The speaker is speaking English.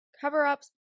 cover-ups